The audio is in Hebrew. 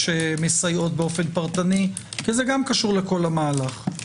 שמסייעות באופן פרטני כי זה גם קשור לכל המהלך.